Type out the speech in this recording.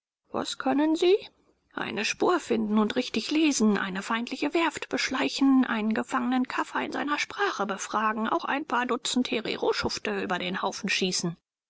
was können sie eine spur finden und richtig lesen eine feindliche werft beschleichen einen gefangenen kaffer in seiner sprache befragen auch ein paar dutzend hereroschufte über den haufen schießen